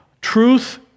Truth